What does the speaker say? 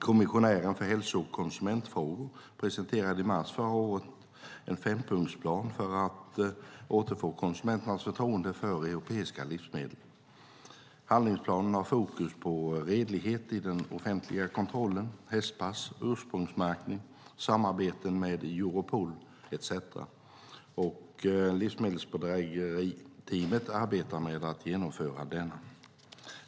Kommissionären för hälso och konsumentfrågor presenterade i mars förra året en fempunktsplan för att återfå konsumenternas förtroende för europeiska livsmedel. Handlingsplanen har fokus på redlighet i den offentliga kontrollen, hästpass, ursprungsmärkning, samarbeten med Europol etcetera, och livsmedelsbedrägeriteamet arbetar med att genomföra denna.